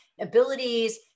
abilities